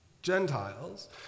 Gentiles